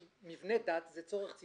מבנה דת זה צורך ציבורי.